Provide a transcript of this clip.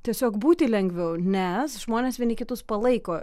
tiesiog būti lengviau nes žmonės vieni kitus palaiko